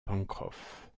pencroff